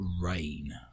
rain